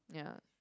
yeah